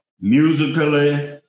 musically